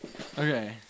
Okay